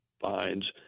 finds